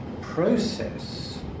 process